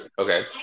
Okay